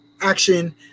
action